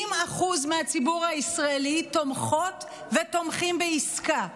60% מהציבור הישראלי תומכות ותומכים בעסקה.